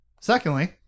Secondly